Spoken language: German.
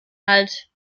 halt